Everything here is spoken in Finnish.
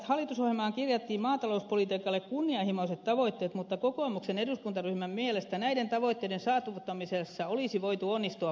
hallitusohjelmaan kirjattiin maatalouspolitiikalle kunnianhimoiset tavoitteet mutta kokoomuksen eduskuntaryhmän mielestä näiden tavoitteiden saavuttamisessa olisi voitu onnistua paremminkin